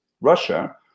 Russia